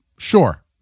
Sure